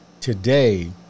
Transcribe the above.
today